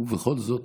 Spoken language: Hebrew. ובכל זאת,